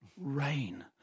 Rain